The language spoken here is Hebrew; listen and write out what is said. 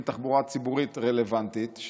עם תחבורה ציבורית רלוונטית,